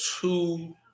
two